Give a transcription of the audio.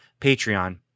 patreon